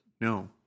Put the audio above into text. No